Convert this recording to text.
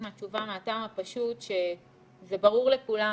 מהתשובה מהטעם הפשוט שזה ברור לכולם,